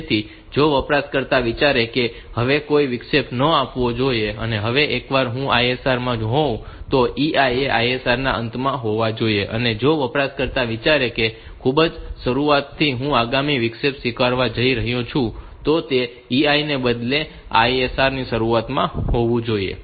તેથી જો વપરાશકર્તા વિચારે કે હવે કોઈ વિક્ષેપ ન આવવા જોઈએ અને હવે એકવાર હું ISR માં હોઉં તો EI એ ISR ના અંતમાં હોવો જોઈએ અને જો વપરાશકર્તા વિચારે કે ખૂબ જ શરૂઆત થી હું આગામી વિક્ષેપ સ્વીકારવા જઈ રહ્યો છું તો તે EI ને બદલે તે ISR ની શરૂઆતમાં હોવું જોઈએ